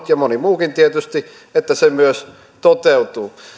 ja moni muukin tietysti tältä osin on julkisuudessa sanonut myös toteutuu